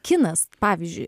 kinas pavyzdžiui